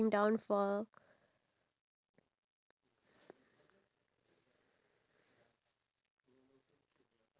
and what I plan to do is I would plan to talk to the wife and the husband separately and I'll